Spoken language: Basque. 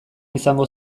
izango